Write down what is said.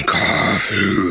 coffee